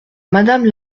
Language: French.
madame